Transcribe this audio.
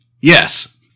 yes